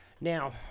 Now